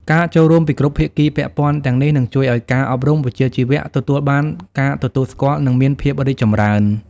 ការចូលរួមពីគ្រប់ភាគីពាក់ព័ន្ធទាំងនេះនឹងជួយឱ្យការអប់រំវិជ្ជាជីវៈទទួលបានការទទួលស្គាល់ និងមានភាពរីកចម្រើន។